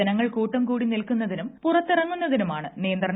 ജനങ്ങൾ കൂട്ടം കൂടി നിൽക്കുന്നതിനും പുറത്തിറങ്ങുന്നതിനുമാണ് നിയന്ത്രണം